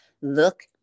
look